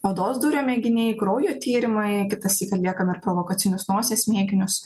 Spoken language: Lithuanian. odos dūrio mėginiai kraujo tyrimai kitąsyk atliekam ir provokacinius nosies mėginius